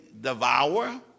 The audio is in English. devour